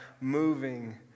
moving